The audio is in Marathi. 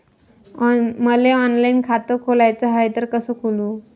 मले ऑनलाईन खातं खोलाचं हाय तर कस खोलू?